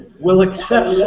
will accept